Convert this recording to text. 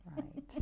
Right